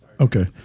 Okay